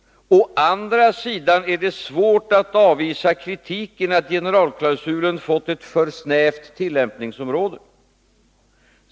Å andra sidan är det svårt att avvisa kritiken att generalklausulen fått ett för snävt tillämpningsområde.